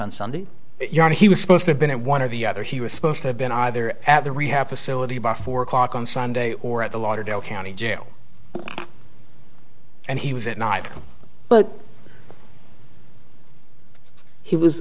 on sunday yeah he was supposed to have been at one or the other he was supposed to have been either at the rehab facility by four o'clock on sunday or at the lauderdale county jail and he was at night but he was